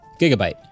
Gigabyte